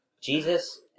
Jesus